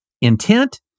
Intent